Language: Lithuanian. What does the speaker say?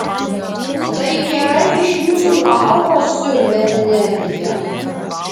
tai kerai iš jūsų auros siurbia energiją